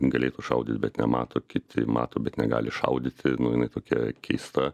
galėtų šaudyt bet nemato kiti mato bet negali šaudyti nu jinai tokia keista